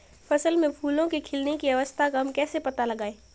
फसल में फूलों के खिलने की अवस्था का हम कैसे पता लगाएं?